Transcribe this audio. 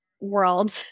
world